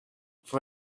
for